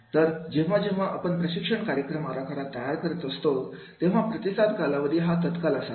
तर जेव्हा जेव्हा आपण प्रशिक्षण कार्यक्रम आराखडा तयार करत असतो तेव्हा प्रतिसाद कालावधी हा तत्काल असावा